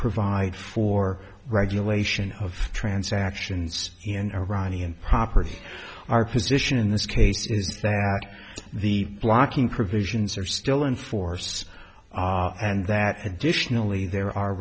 provide for regulation of transactions in iranian property our position in this case is that the blocking provisions are still in force and that additionally there are